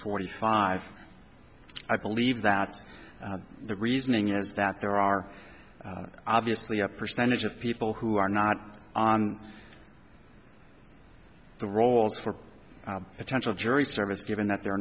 forty five i believe that the reasoning is that there are obviously a percentage of people who are not on the rolls for potential jury service given that they're